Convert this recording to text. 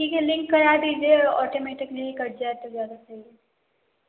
ठीक है लिंक करा दीजिए ऑटोमेटेकली ही कट जाए तो ज़्यादा सही है